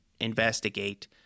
investigate